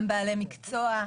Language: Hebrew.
בעלי מקצוע.